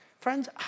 Friends